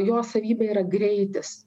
jos savybė yra greitis